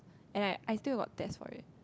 and I still got test for it